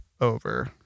over